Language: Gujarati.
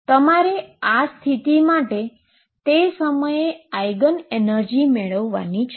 તમારે આ સ્થિતિ માટે તે સમયે આઈગન એનર્જી મેળવાની છે